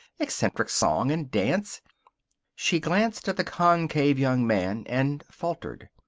eccentric song and dance she glanced at the concave young man and faltered.